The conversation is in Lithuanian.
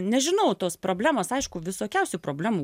nežinau tos problemos aišku visokiausių problemų